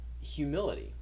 humility